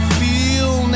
feel